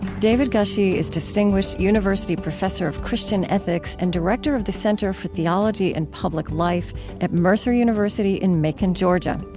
david gushee is distinguished university professor of christian ethics and director of the center for theology and public life at mercer university in macon, georgia.